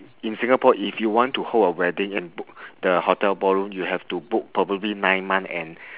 in singapore if you want to hold a wedding and book the hotel ballroom you have to book probably nine month and